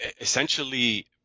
essentially